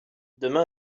demain